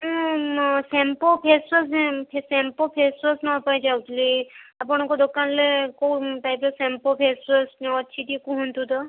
ହଁ ମୁଁ Simple face wash Simple face wash ନେବା ପାଇଁ ଚାହୁଁଥିଲି ଆପଣଙ୍କ ଦୋକାନରେ କୋଉ ଟାଇପ୍ର ସେମ୍ପୋ ଫେସ୍ ୱାସ୍ ଅଛି ଟିକେ କୁହନ୍ତୁ ତ